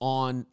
on